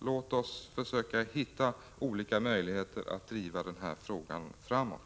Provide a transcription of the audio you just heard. Låt oss försöka hitta olika möjligheter att driva denna fråga framåt.